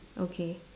okay